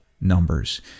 numbers